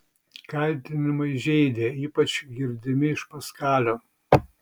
kaltinimai žeidė ypač girdimi iš paskalio